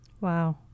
Wow